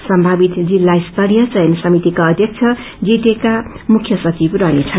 सम्भावित जिल्ला स्तरीय चयन समितिका अध्यक्ष जीदीएका मुख्य सचिव रहने छन्